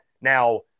Now